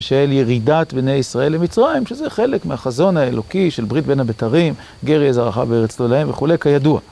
של ירידת בני ישראל למצרים, שזה חלק מהחזון האלוקי של ברית בין הבתרים, גר יהיה זרעך בארץ לא להם וכולי, כידוע.